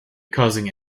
causing